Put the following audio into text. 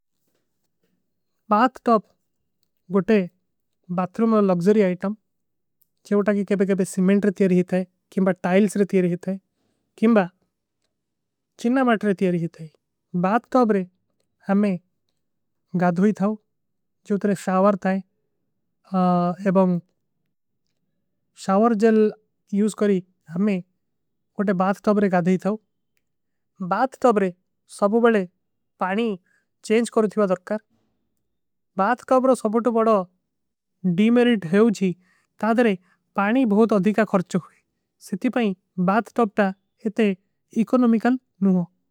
ବାଥଟୋବ ଗୋଟେ ବାତ୍ରୁମ ମେଂ luxury item ଚେଵଟା କୀ କୈପେ କୈପେ। ସିମେଂଟ ରେ ତ୍ଯାରୀ ହୀତା ହୈ କିମ୍ବା ଟାଇଲ୍ସ ରେ ତ୍ଯାରୀ ହୀତା ହୈ କିମ୍ବା। ଚିନ୍ନା ମାଟ ରେ ତ୍ଯାରୀ ହୀତା ହୈ ବାଥଟୋବ ରେ ହମେଂ ଗାଧଵୀ ଥାଓ ଜୋ ତରେ। ଶାଵର ଥାଏ ଏବଂ ଶାଵର ଜଲ ଯୂଜ କରୀ ହମେଂ କୋଟେ। ବାଥଟୋବ ରେ ଗାଧଵୀ ଥାଓ ବାଥଟୋବ ରେ ସବୁବଲେ ପାନୀ ଚେଂଜ କରୂ ଥୀଵା। ଦରକାର ବାଥକାଵ ରୋ ସବୁବଲେ ବଡା ଡୀମେରିଟ ହୈ ଜୀ ତାଦରେ ପାନୀ ବହୁତ। ଅଧିକା ଖର୍ଚ ହୋଈ ସିତି ପାଇଂ ବାଥଟୋବ ଟା ଇତେ ଇକୋନୋମିକଲ ନୁଵା।